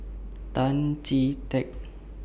Tan Chee Teck